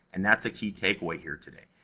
and that's a key takeaway here today.